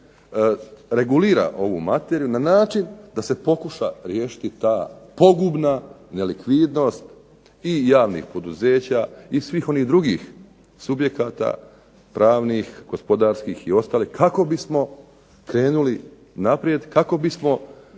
regulira ovu materiju na način da se pokuša riješiti ta pogubna nelikvidnost i javnih poduzeća i svih onih drugih subjekata pravnih, gospodarskih i ostalih kako bismo krenuli naprijed, kako bismo